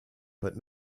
but